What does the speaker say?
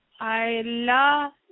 Allah